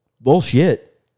Bullshit